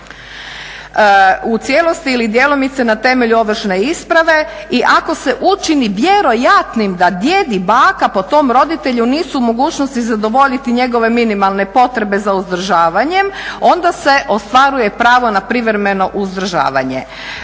u cijelosti ili djelomice na temelju ovršne isprave i ako se učini vjerojatnim da djed i baka po tom roditelju nisu u mogućnosti zadovoljiti njegove minimalne potrebe za uzdržavanjem onda se ostvaruje pravo na privremeno uzdržavanje.